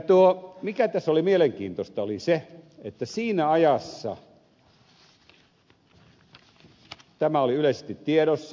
mikä tässä oli mielenkiintoista oli se että siinä ajassa tämä oli yleisesti tiedossa